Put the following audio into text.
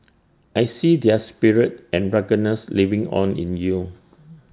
I see their spirit and ruggedness living on in you